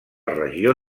regió